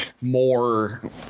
More